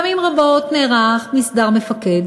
פעמים רבות נערך מסדר מפקד.